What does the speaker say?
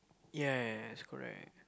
ya ya ya it's correct